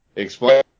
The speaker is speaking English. Explain